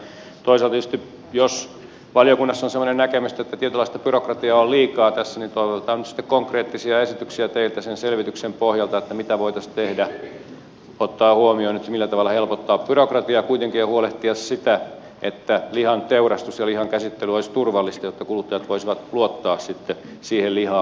toisaalta tietysti jos valiokunnassa on semmoinen näkemys että tietynlaista byrokratiaa on liikaa tässä toivotaan nyt sitten teiltä sen selvityksen pohjalta konkreettisia esityksiä siitä mitä voitaisiin tehdä ottaen huomioon se millä tavalla kuitenkin helpottaa byrokratiaa ja huolehtia siitä että lihan teurastus ja lihan käsittely olisi turvallista jotta kuluttajat voisivat luottaa siihen lihaan mitä he käyttävät